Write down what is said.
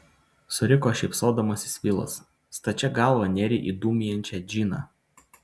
suriko šypsodamasis vilas stačia galva nėrei į dūmijančią džiną